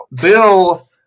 Bill